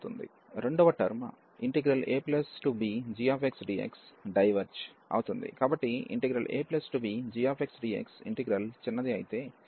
రెండవ term abgxdx diverge అవుతుంది కాబట్టి abgxdx ఇంటిగ్రల్ చిన్నది అయితే abfxdxడైవెర్జ్ అవుతుంది